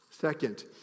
Second